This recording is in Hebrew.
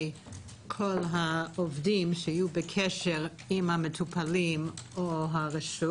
כל העובדים שיהיו בקשר עם המטופלים או הרשות.